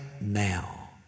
now